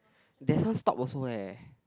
there's one stop also leh